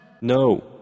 No